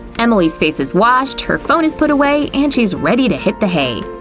emily's face is washed, her phone is put away, and she's ready to hit the hay.